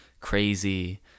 crazy